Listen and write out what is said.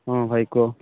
ହଁ ଭାଇ କୁହ